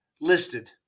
listed